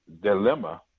dilemma